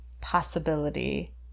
possibility